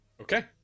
okay